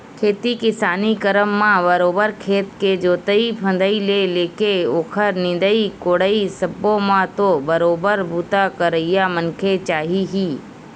खेती किसानी करब म बरोबर खेत के जोंतई फंदई ले लेके ओखर निंदई कोड़ई सब्बो म तो बरोबर बूता करइया मनखे चाही ही